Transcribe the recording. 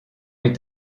est